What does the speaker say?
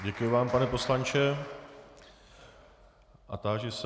Děkuji vám, pane poslanče, a táži se…